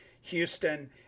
Houston